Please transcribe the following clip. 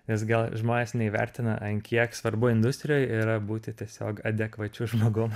nes gal žmonės neįvertina an kiek svarbu industrijoj yra būti tiesiog adekvačiu žmogum